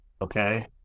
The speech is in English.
okay